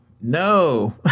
No